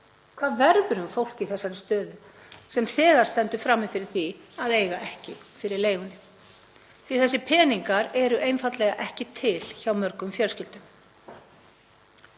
Hvað verður um fólk í þessari stöðu sem þegar stendur frammi fyrir því að eiga ekki fyrir leigunni? Þessir peningar eru einfaldlega ekki til hjá mörgum fjölskyldum.